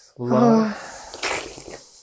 love